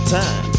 time